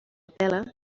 pela